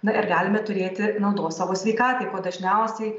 na ir galime turėti naudos savo sveikatai ko dažniausiai